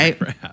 Right